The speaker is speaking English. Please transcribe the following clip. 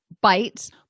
bites